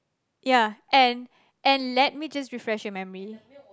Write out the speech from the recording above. ya and and let me just refresh your memory